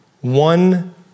one